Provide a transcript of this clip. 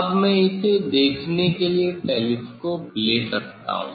अब मैं इसे देखने के लिए टेलीस्कोप ले सकता हूं